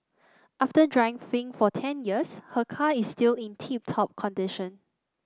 after for ten years her car is still in tip top condition